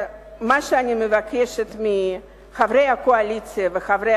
מה שאני מבקשת מחברי הקואליציה וחברי